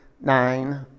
nine